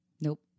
Nope